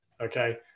Okay